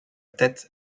tête